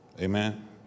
Amen